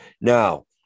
Now